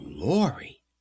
glory